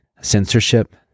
censorship